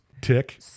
Tick